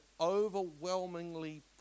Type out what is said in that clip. overwhelmingly